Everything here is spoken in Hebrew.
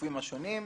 לגופים השונים,